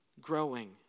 growing